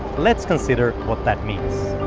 let's consider what that means.